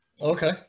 okay